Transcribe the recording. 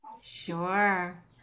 Sure